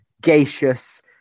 gaseous